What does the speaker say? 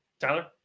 Tyler